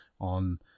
on